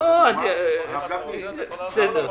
בסדר.